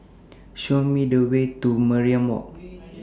Show Me The Way to Mariam Walk